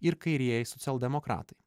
ir kairieji socialdemokratai